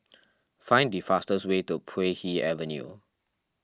find the fastest way to Puay Hee Avenue